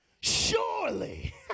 surely